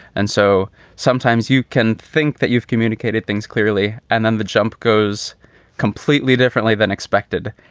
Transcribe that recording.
and so sometimes you can think that you've communicated things clearly and then the jump goes completely differently than expected.